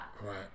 Right